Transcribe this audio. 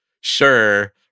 sure